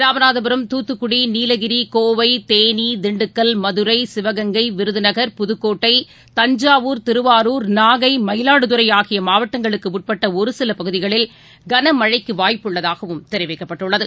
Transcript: ராமநாதபுரம் துத்துக்குடி நீலகிரி கோவை தேனி திண்டுக்கல் மதுரை சிவகங்கை விருதுநகர் புதுக்கோட்டை தஞ்சாவூர் திருவாரூர் நாகை மயிலாடுதுறை ஆகிய மாவட்டங்களுக்கு உட்பட்ட ஒரு சில பகுதிகளில் கனமழைக்கு வாய்ப்புள்ளதாகவும் தெரிவிக்கப்பட்டுள்ளது